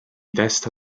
testa